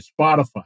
Spotify